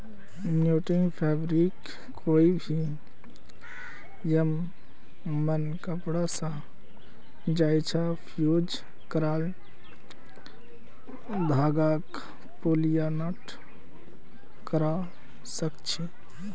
netting fabric कोई भी यममन कपड़ा छ जैइछा फ़्यूज़ क्राल धागाक लूप या नॉट करव सक छी